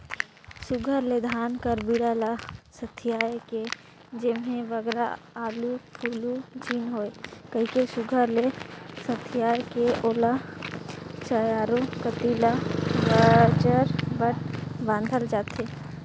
सुग्घर ले धान कर बीड़ा ल सथियाए के जेम्हे बगरा उलु फुलु झिन होए कहिके सुघर ले सथियाए के ओला चाएरो कती ले बजरबट बाधल जाथे